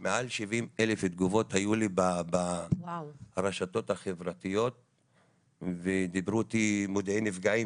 תגובות היו לי ברשתות החברתיות ודיברו איתי מודיעין נפגעים